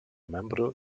membro